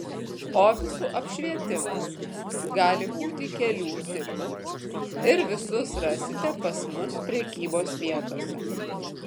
ofisų apšvietimas gali būti kelių tipų ir visus rasite pas mus prekybos vietose